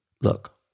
Look